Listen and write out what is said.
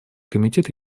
комитет